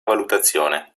valutazione